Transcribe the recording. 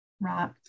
Right